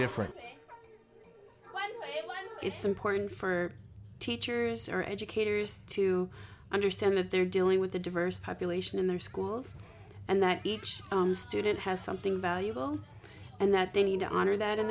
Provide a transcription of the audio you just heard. different it's important for teachers or educators to understand that they're dealing with a diverse population in their schools and that each student has something valuable and that they need to honor that in